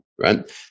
right